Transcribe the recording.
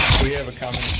we have a comment.